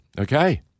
Okay